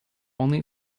only